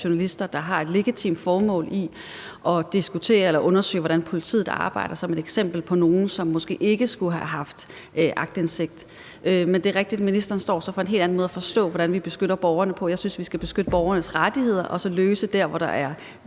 journalister, der har et legitimt formål med at diskutere eller undersøge, hvordan politiet arbejder, som kan ses som et eksempel på nogle, som måske ikke skulle have haft aktindsigt. Men det er rigtigt, at ministeren så forstår det med hensyn til, hvordan vi beskytter borgerne, på en helt anden måde. Jeg synes, vi skal beskytte borgernes rettigheder, sikre borgernes